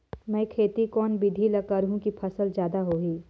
मै खेती कोन बिधी ल करहु कि फसल जादा होही